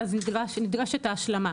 נדרשת ההשלמה.